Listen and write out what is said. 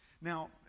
Now